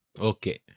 Okay